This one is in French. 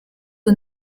aux